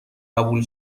قبول